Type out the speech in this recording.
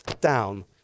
down